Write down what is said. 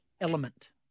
element